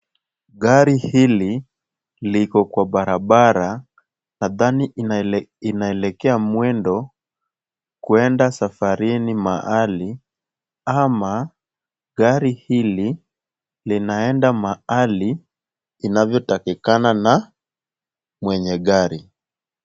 Gari hili liko kwa barabara, nadhani inaelekea mwendo, kwenda safarini mahali ama gari hili linaenda mahali inavyotakikana na mwenye gari.